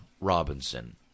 Robinson